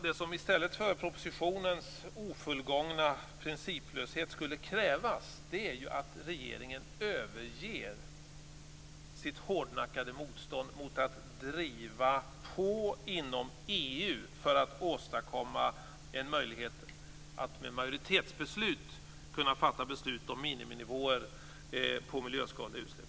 Det som i stället för propositionens ofullgångna principlöshet skulle krävas är att regeringen överger sitt hårdnackade motstånd mot att driva på inom EU för att åstadkomma en möjlighet att med majoritetsbeslut kunna fatta beslut om miniminivåer på miljöskadliga utsläpp.